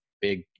big